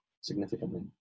significantly